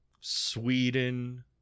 Sweden